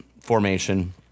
formation